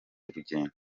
rugendo